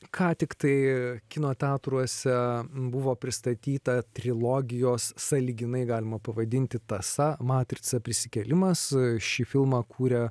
ką tiktai kino teatruose buvo pristatyta trilogijos sąlyginai galima pavadinti tąsa matrica prisikėlimas šį filmą kūrė